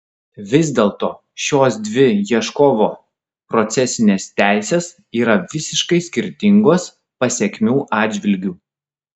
vis dėlto šios dvi ieškovo procesinės teisės yra visiškai skirtingos pasekmių atžvilgiu